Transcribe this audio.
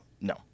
No